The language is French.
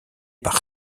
par